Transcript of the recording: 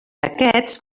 aquests